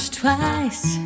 twice